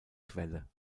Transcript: quelle